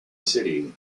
city